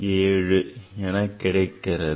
466667 என கிடைக்கிறது